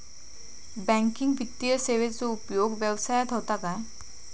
Banking वित्तीय सेवाचो उपयोग व्यवसायात होता काय?